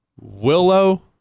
Willow